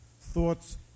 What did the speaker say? Thoughts